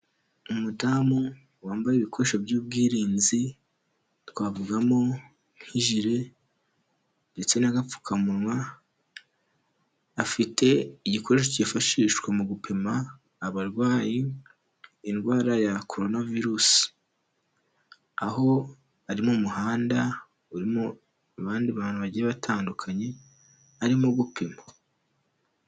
Umudamu wambaye ibikoresho by'ubwirinzi, twavugamo nk'ijire ndetse n'agapfukamunwa, afite igikoresho cyifashishwa mu gupima abarwayi indwara ya corona virus, aho ari mu muhanda urimo abandi bantu bagiye batandukanye arimo gupima.